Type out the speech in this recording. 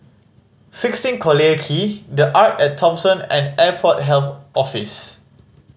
Sixteen Collyer Quay The Arte At Thomson and Airport Health Office